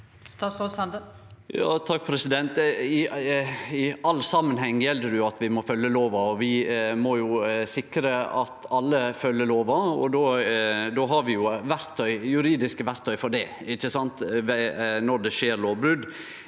I alle samanhen- gar gjeld det at vi må følgje lova. Vi må sikre at alle følgjer lova, og vi har juridiske verktøy for det når det skjer lovbrot.